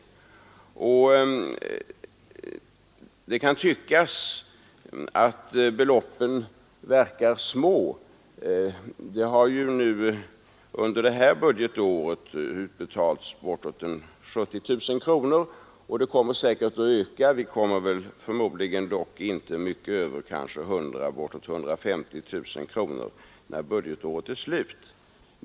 Beloppen kan tyckas små. Det har under detta budgetår utbetalats bortåt 70 000 kronor, och den summan kommer säkerligen att öka. Vi kommer förmodligen dock inte mycket över 100 000, kanske bortåt 150 000 kronor, när budgetåret är slut.